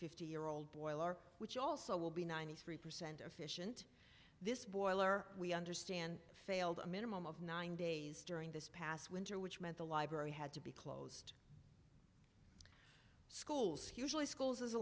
fifty year old boiler which also will be ninety three percent efficient this boiler we understand failed a minimum of nine days during this past winter which meant the library had to be closed schools hugely schools is a